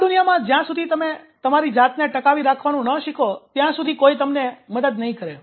આ દુનિયામાં જ્યાં સુધી તમે તમારી જાતને ટકાવી રાખવાનું ન શીખો ત્યાં સુધી કોઈ તમને મદદ નહીં કરે